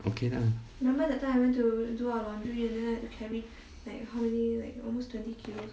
okay lah